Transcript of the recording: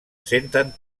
senten